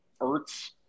Ertz